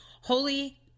holy